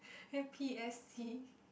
can you p_s_c